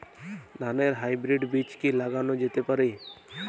ধানের হাইব্রীড বীজ কি লাগানো যেতে পারে?